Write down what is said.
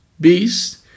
beast